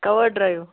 car drive